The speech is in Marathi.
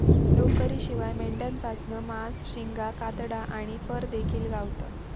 लोकरीशिवाय मेंढ्यांपासना मांस, शिंगा, कातडा आणि फर देखिल गावता